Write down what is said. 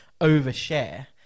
overshare